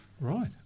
Right